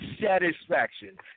satisfaction